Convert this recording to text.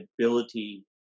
ability